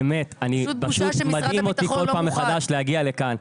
באמת, זה פשוט מדהים אותי כל פעם מחדש להגיע לכאן.